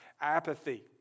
Apathy